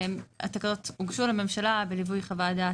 התקנות הוגשו לממשלה בליווי חוות דעת